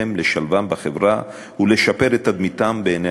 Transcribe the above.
לשלבם בחברה ולשפר את תדמיתם בעיני הציבור.